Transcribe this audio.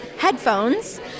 headphones